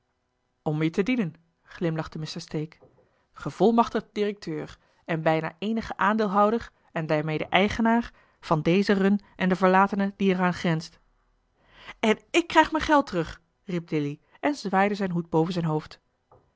om je te dienen glimlachte mr stake gevolmachtigd directeur en bijna eenige aandeelhouder en daarmede eigenaar van deze run en de verlatene die er aan grenst en ik krijg mijn geld terug riep dilly en zwaaide zijn hoed boven zijn hoofd